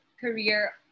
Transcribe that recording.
career